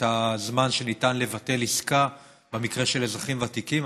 את הזמן שניתן לבטל עסקה במקרה של אזרחים ותיקים.